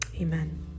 amen